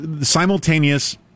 simultaneous